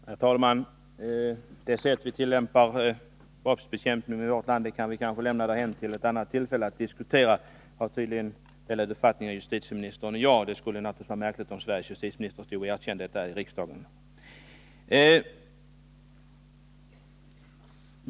Herr talman! Det sätt varpå vi handhar brottsbekämpning i vårt land kan vi kanske lämna därhän nu och diskutera vid ett annat tillfälle. Den uppfattningen har tydligen både justitieministern och jag — det skulle naturligtvis vara märkligt om Sveriges justitieministern stod och erkände detta i riksdagen.